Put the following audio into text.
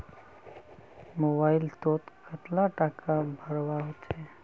Mobile लोत कतला टाका भरवा होचे?